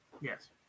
Yes